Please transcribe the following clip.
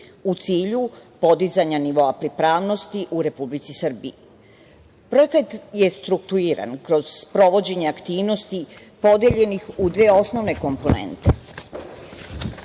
u cilju podizanja nivoa pripravnosti u Republici Srbiji. Projekat je strukturiran kroz sprovođenje aktivnosti podeljenih u dve osnovne komponente.